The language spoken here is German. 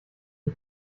die